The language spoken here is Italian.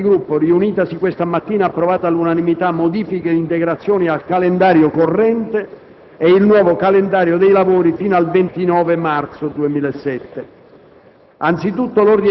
La Conferenza dei Capigruppo, riunitasi questa mattina, ha approvato all'unanimità modifiche e integrazioni al calendario corrente ed il nuovo calendario dei lavori fino al 29 marzo 2007.